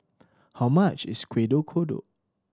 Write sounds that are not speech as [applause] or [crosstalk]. how much is kuih [unintelligible] kodok